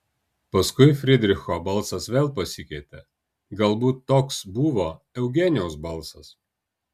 paskui frydricho balsas vėl pasikeitė galbūt toks buvo eugenijaus balsas